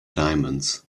diamonds